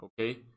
okay